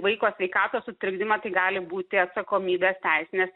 vaiko sveikatos sutrikdymą tai gali būti atsakomybės teisinės